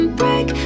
break